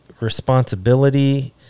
responsibility